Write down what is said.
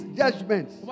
judgments